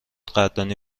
قدردانی